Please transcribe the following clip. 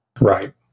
Right